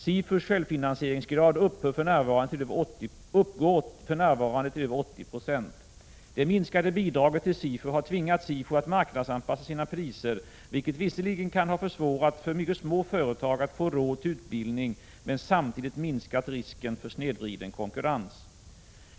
SIFU:s självfinansieringsgrad uppgår för närvarande till över 80 96. Det minskade bidraget till SIFU har tvingat SIFU att marknadsanpassa sina priser, vilket visserligen kan ha försvårat för mycket små företag att få råd till utbildning men samtidigt minskat risken för snedvriden konkurrens.